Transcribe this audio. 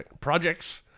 projects